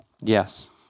Yes